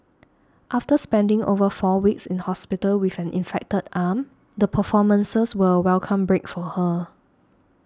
after spending over four weeks in hospital with an infected arm the performances were a welcome break for her